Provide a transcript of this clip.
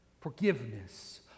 forgiveness